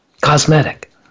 cosmetic